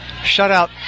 shutout